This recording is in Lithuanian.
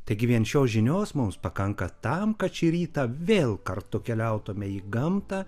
taigi vien šios žinios mums pakanka tam kad šį rytą vėl kartu keliautume į gamtą